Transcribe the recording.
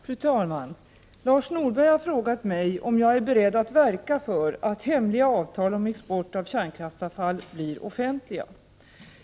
Fru talman! Lars Norberg har frågat mig om jag är beredd att verka för att hemliga avtal om export av kärnkraftsavfall blir offentliga.